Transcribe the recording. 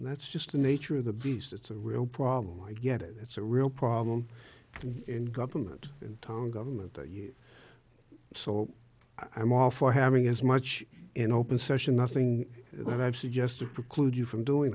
and that's just the nature of the beast it's a real problem i get it it's a real problem in government in town government that you so i'm all for having as much in open session nothing that i've suggested preclude you from doing